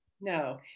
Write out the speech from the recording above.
No